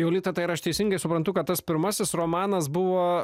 jolita tai ar aš teisingai suprantu kad tas pirmasis romanas buvo